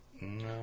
No